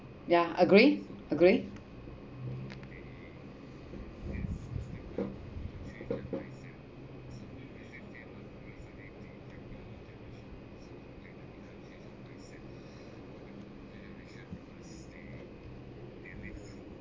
yeah agree agree